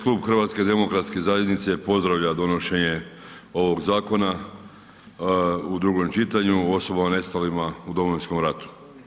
Klub HDZ-a pozdravlja donošenje ovog zakona u drugom čitanju o osobama nestalim u Domovinskom ratu.